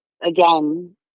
again